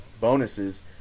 bonuses